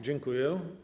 Dziękuję.